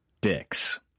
dicks